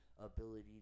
ability